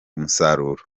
umusaruro